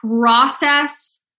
process